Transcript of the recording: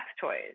toys